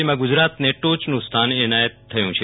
જેમાં ગુજરાતને ટોચન સ્થાન અનાયત થયું છે